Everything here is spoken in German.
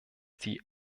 die